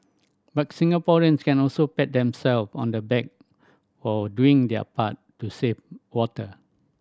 but Singaporeans can also pat themselves on the back for doing their part to save water